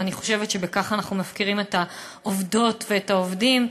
ואני חושבת שבכך אנחנו מפקירים את העובדות ואת העובדים.